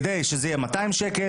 כדי שזה יהיה 200 ש"ח,